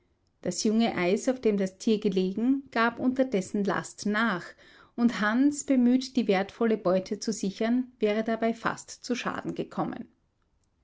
das junge eis auf dem das tier gelegen gab unter dessen last nach und hans bemüht die wertvolle beute zu sichern wäre dabei fast zu schaden gekommen